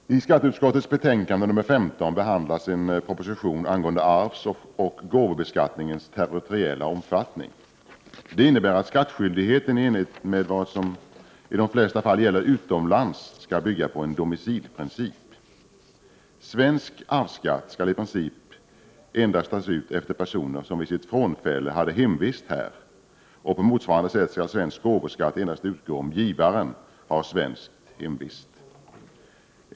Fru talman! I skatteutskottets betänkande nr 15 behandlas en proposition angående arvsoch gåvobeskattningens territoriella omfattning. Det innebär att skattskyldigheten i enlighet med vad som i de flesta fall gäller utomlands skall bygga på en domicilprincip. Svensk arvsskatt skall i princip endast tas ut efter personer som vid sitt frånfälle hade hemvist här. På motsvarande sätt skall svensk gåvoskatt endast utgå om givaren har svenskt hemvist.